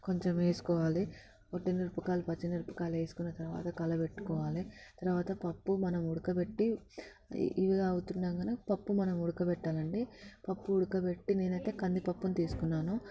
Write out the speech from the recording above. కొంచెం వేసుకోవాలి ఉట్టి మిరపకాయలు పచ్చిమిరపకాయలు వేసుకున్న తర్వాత కలబెట్టుకోవాలి తర్వాత పప్పు మనం ఉడకపెట్టి ఇవి అవుతుండగానే పప్పు మనం ఉడకపెట్టాలండి పప్పు ఉడకపెట్టి నేనైతే కందిపప్పు తీసుకున్నాను